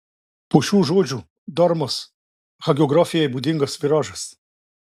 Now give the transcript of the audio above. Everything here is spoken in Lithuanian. po šių žodžių daromas hagiografijai būdingas viražas